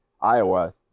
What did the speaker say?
Iowa